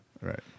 Right